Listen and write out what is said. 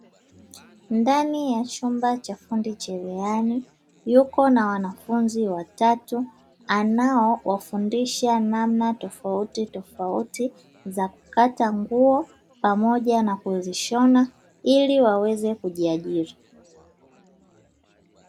Ndani ya chumba cha fundi cherehani yuko na wanafunzi watatu, anaowafundisha namna tofauti tofauti za kukata nguo pamoja na kuzishona ili waweze kujiajiri.